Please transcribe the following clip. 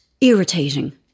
irritating